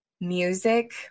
music